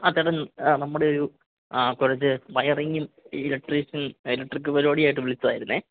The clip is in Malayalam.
അ ചേട്ടൻ നമ്മുടെ ഒരു ആ കുറച്ച് വയറിംഗ് ഇലക്ട്രീഷ്യൻ ഇലക്ട്രിക് പരിപാടിയായിട്ട് വിളിച്ചതായിരുന്നു